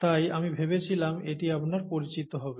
তাই আমি ভেবেছিলাম এটি আপনার পরিচিত হবে